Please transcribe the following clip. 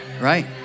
right